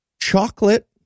chocolate